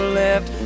left